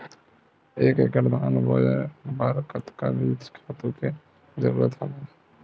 एक एकड़ धान बोय बर कतका बीज खातु के जरूरत हवय?